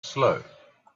slow